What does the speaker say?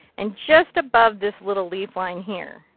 and just above this little leaf line here,